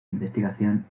investigación